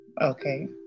Okay